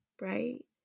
right